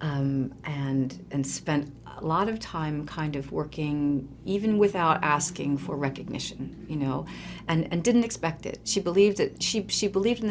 and spent a lot of time kind of working even without asking for recognition you know and didn't expect it she believed that she she believed in the